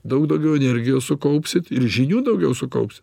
daug daugiau energijos sukaupsit ir žinių daugiau sukaupsit